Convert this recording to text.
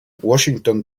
washington